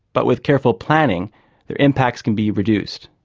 but with careful planning their impacts can be reduced.